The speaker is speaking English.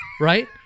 Right